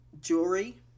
jewelry